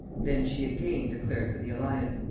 than she again declared for the alliance.